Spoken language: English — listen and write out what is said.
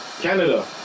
Canada